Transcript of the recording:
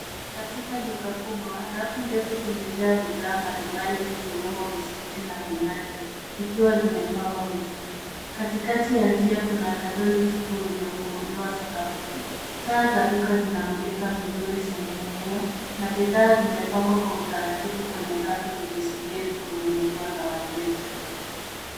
Katika duka kubwa, rafu ndefu zimejaa bidhaa mbalimbali zikiwemo biskuti na vinywaji. Zikiwa zimepangwa vizuri. Kati kati ya njia kuna katoni tupu iliyofunguliwa sakafuni. Taa za duka zinamulika vizuri sehemu hiyo, na bidhaa zimepangwa kwa utaratibu kwenye rafu zikisubiri kununuliwa na wateja.